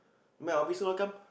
my officer how come